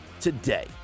today